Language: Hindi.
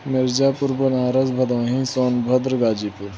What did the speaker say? मिर्ज़ापुर बनारस बदोही सोनभद्र गाज़ीपुर